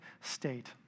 state